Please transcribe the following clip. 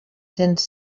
cents